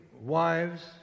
wives